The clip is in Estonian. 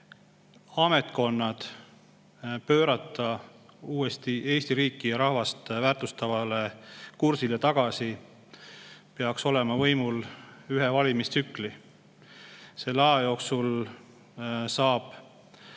ametkonnad pöörata Eesti riiki ja rahvast väärtustavale kursile tagasi, peaks olema võimul ühe valimistsükli. Selle aja jooksul saab